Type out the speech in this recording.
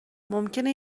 ممکنه